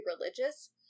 religious